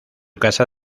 casa